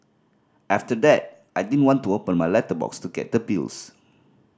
after that I didn't want to open my letterbox to get the bills